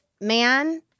man